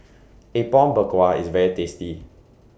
Apom Berkuah IS very tasty